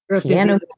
piano